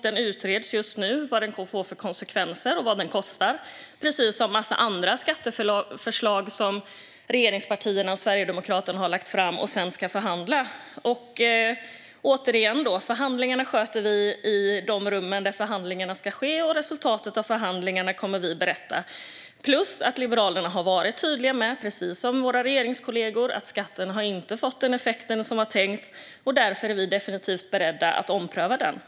Det utreds just nu vilka konsekvenser den får och vad den kostar, precis som med en massa andra skatteförslag som regeringspartierna och Sverigedemokraterna har lagt fram och sedan ska förhandla. Förhandlingarna sköter vi i de rum där förhandlingarna ska ske, återigen, och resultatet av förhandlingarna kommer vi att berätta om. Dessutom har Liberalerna varit tydliga med, precis som våra regeringskollegor, att skatten inte har fått den effekt som var tänkt. Därför är vi definitivt beredda att ompröva den.